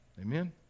Amen